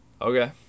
Okay